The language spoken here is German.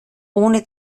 ohne